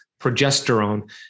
progesterone